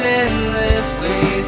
endlessly